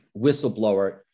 whistleblower